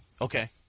Okay